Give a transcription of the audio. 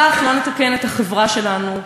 כך לא נתקן את החברה שלנו,